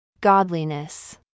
Godliness